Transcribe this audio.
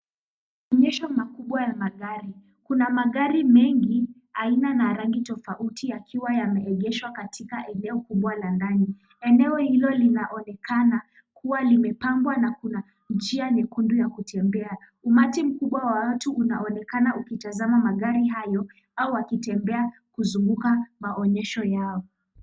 Maonyesho makubwa ya magari, kuna magari mengi aina na rangi tofauti tofauti yakiwa yameegeshwa katika eneo kubwa la ndani. Eneo hilo linaonekana kuwa limepambwa na kuna njiani nyekundu ya kutembea. Umati mkubwa wa watu unaonekana ukitazama magari hayo au wakitembea kuzunguka maonyesho yao.